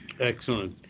Excellent